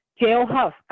jailhouse